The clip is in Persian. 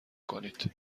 کنید